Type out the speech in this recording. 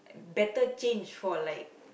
better change for like